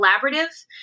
collaborative